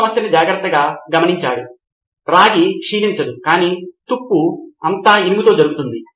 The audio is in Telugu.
శ్యామ్ పాల్ M అవును కాబట్టి ప్రతి విద్యార్థి రిపోజిటరీని పొందగలిగితే సమస్య ఉంటుందని మీరు అనుకోరు ఎందుకంటే వారు మార్పులు చేయగలరు మరియు